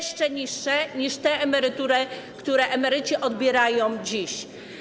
jeszcze niższe niż te emerytury, które emeryci odbierają dziś.